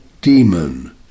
demon